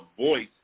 voice